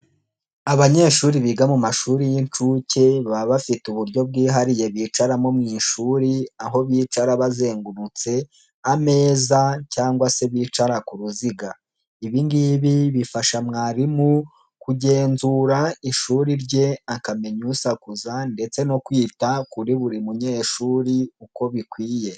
Abanyeshuri biga mu mashuri y'inshuke baba bafite uburyo bwihariye bicaramo mu ishuri, aho bicara bazengurutse ameza cyangwa se bicara ku ruziga, ibi ngibi bifasha mwarimu kugenzura ishuri rye, akamenya usakuza ndetse no kwita kuri buri munyeshuri uko bikwiye.